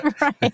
Right